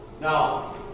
now